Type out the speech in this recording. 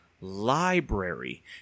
Library